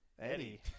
Eddie